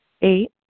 Eight